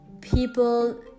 people